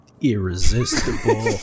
irresistible